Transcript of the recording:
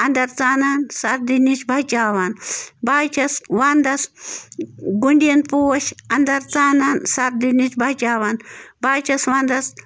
انٛدر ژانان سردی نِش بَچاوان بہٕ حظ چھَس وَنٛدس گُنٛڈیٖن پوش انٛدر ژانان سردی نِش بچاوان بہٕ حظ چھَس وَنٛدَس